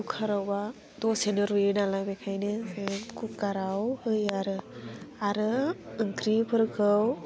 कुकारावबा दसेनो रुयो नालाय बेखायनो जों कुकाराव होयो आरो आरो ओंख्रिफोरखौ